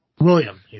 William